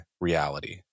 reality